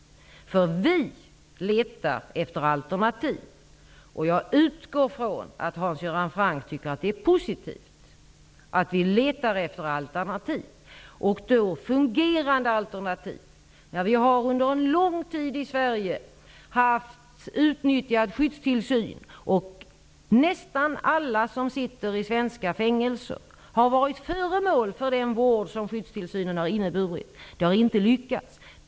Vi letar efter alternativ. Jag utgår från att Hans Göran Franck tycker att det är positivt att vi letar efter fungerande alternativ. Vi har under en lång tid i Sverige utnyttjat skyddstillsyn. Nästan alla som sitter i svenska fängelser har varit föremål för den vård som skyddstillsynen har inneburit. Den har inte lyckats.